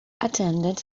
attended